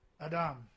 Adam